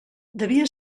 devia